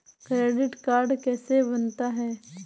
Credit card कैसे बनता है?